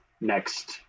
next